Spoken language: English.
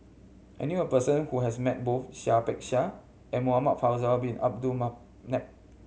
I knew a person who has met both Seah Peck Seah and Muhamad Faisal Bin Abdul Manap